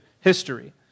history